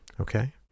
Okay